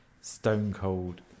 stone-cold